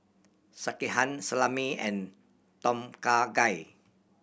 Sekihan Salami and Tom Kha Gai